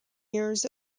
years